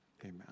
amen